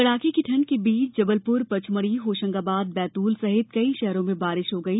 कड़ाके की ठंड के बीच जबलपुर पचमढ़ी होशंगाबाद बैतूल सहित कई शहरों में बारिश हो गई